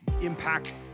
impact